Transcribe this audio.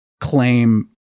claim